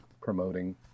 promoting